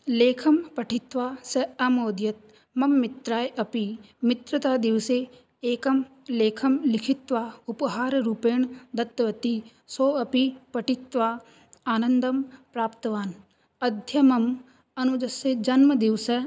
लेखं पठित्वा सः अमोदत मम मित्राय अपि मित्रतादिवसे एकं लेखं लिखित्वा उपहाररूपेण दत्तवती सोपि पठित्वा आनन्दं प्राप्तवान् अद्य मम अनुजस्य जन्मदिवसे